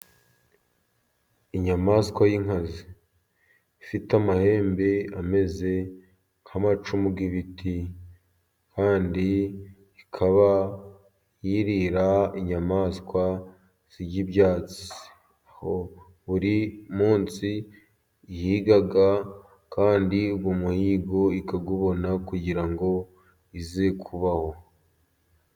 Inyamaswa y'inkazi ifite amahembe ameze nk'amacumu y'ibiti, kandi ikaba yirira inyamaswa zirya ibyatsi. Aho buri munsi ihiga, kandi umuhigo ikawubona kugira ngo ize kubaho.